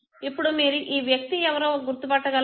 ఇప్పుడు మీరు ఈ వ్యక్తి ఎవరో గుర్తు పట్టగలరా